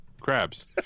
crabs